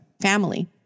family